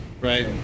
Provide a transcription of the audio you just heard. right